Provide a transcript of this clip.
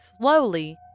slowly